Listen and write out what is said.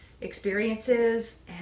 experiences